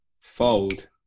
Fold